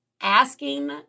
asking